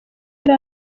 yari